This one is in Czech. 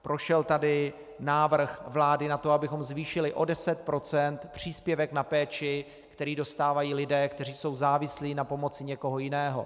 Prošel tady návrh vlády na to, abychom zvýšili o 10 % příspěvek na péči, který dostávají lidé, kteří jsou závislí na pomoci někoho jiného.